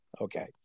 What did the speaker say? okay